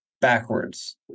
backwards